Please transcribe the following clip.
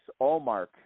allmark